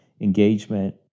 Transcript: engagement